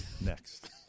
next